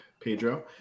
Pedro